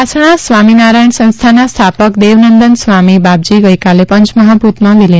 વાસણા સ્વામિનારાયણ સંસ્થાના સ્થાપક દેવનંદન સ્વામી બાપજી ગઈકાલે પંચમહાભૂતમાં વિલીન થયા